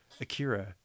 Akira